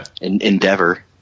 endeavor